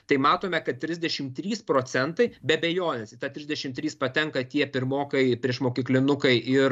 tai matome kad trisdešim trys procentai be abejonės į tą trisdešim trys patenka tie pirmokai priešmokyklinukai ir